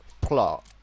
plot